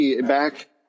back